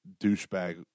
douchebag